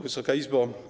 Wysoka Izbo!